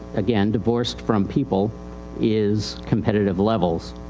again divorced from people is competitive levels.